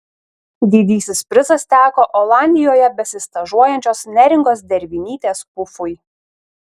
didysis prizas teko olandijoje besistažuojančios neringos dervinytės pufui